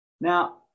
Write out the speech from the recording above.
Now